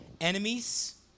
enemies